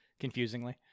Confusingly